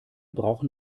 brauchen